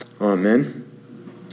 Amen